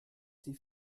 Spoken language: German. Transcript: die